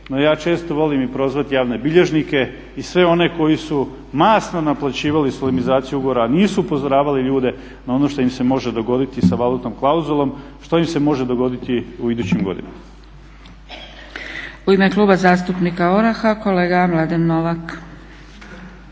no ja često volim i prozvati javne bilježnike i sve one koji su masno naplaćivali solmizaciju ugovora a nisu upozoravali ljude na ono što im se može dogoditi sa valutnom klauzulom, što im se može dogoditi u idućim godinama.